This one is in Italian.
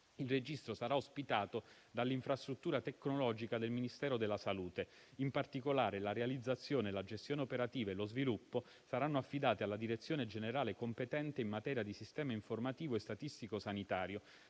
il registro sarà ospitato dall'infrastruttura tecnologica del Ministero della salute. In particolare, la realizzazione, la gestione operativa e lo sviluppo saranno affidati alla direzione generale competente in materia di sistema informativo e statistico sanitario,